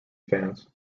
fans